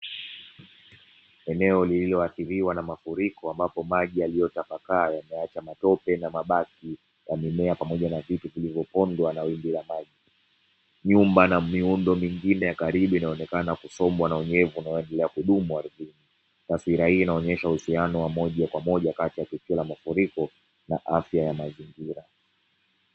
Eneo lililoathiriwa na mafuriko, ambapo maji yaliyotapakaaa yameacha matope na mabaki ya mimea pamoja na vitu vilivyopondwa na wimbi la maji. Nyumba na miundo mingine ya karibu inaonekana kusombwa na unyevu na maji ya kudumu ardhini. Taswira hii inaonesha uhusiano wa moja kwa moja kati ya tukio la mafuriko na afya ya mazingira .